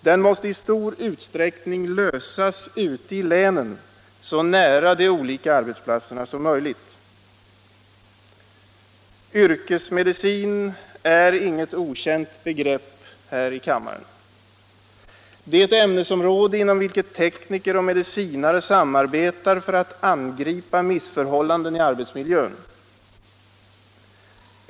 Den måste i stor utsträckning lösas ute i länen så nära de olika arbetsplatserna som möjligt. Yrkesmedicin är inget okänt begrepp här i kammaren. Det är ett ämnesområde inom vilket tekniker och medicinare samarbetar för att angripa missförhållandena i arbetsmiljön.